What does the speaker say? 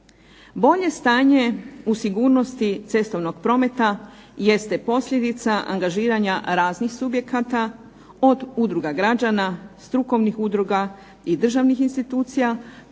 Bolje stanje u sigurnosti cestovnog prometa jeste posljedica angažiranja raznih subjekata, od udruga građana, strukovnih udruga i državnih institucija,